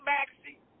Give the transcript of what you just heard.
Maxie